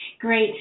great